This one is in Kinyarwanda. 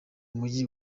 mujyi